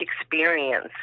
experience